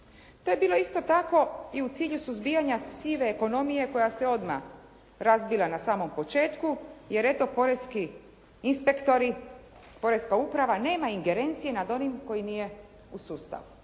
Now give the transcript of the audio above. To je bilo isto tako i u cilju suzbijanja sive ekonomije koja se odmah razbila na samom početku, jer eto poreski inspektori, poreska uprava nema ingerencije nad onim koji nije u sustavu,